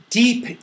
deep